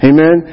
Amen